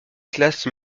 classe